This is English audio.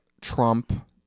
Trump